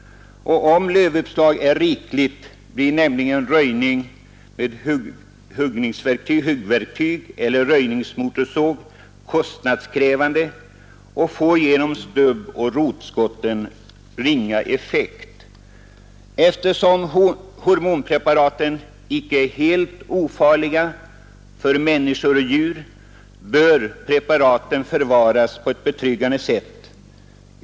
Om lövuppslaget är rikligt blir nämligen röjning med huggverktyg eller röjningsmotorsåg kostnadskrävande och får genom stubboch rotskotten ringa effekt. Eftersom hormonpreparaten inte är helt ofarliga för människor och högre djur bör preparaten förvaras på ett betryggande sätt.